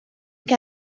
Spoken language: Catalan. què